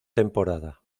temporada